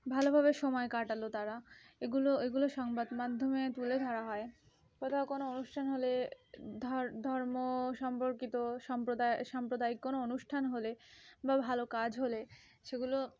ভালোভাবে সময় কাটাল তারা এগুলো এগুলো সংবাদ মাধ্যমে তুলে ধরা হয় কোথাও কোনো অনুষ্ঠান হলে ধর ধর্ম সম্পর্কিত সম্প্রদায় সাম্প্রদায়িক কোনো অনুষ্ঠান হলে বা ভালো কাজ হলে সেগুলো